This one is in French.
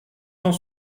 cent